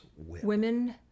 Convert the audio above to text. Women